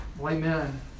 Amen